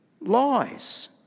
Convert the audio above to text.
lies